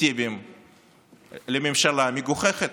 פיקטיביים לממשלה מגוחכת.